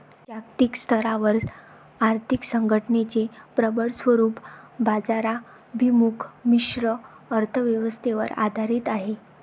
जागतिक स्तरावर आर्थिक संघटनेचे प्रबळ स्वरूप बाजाराभिमुख मिश्र अर्थ व्यवस्थेवर आधारित आहे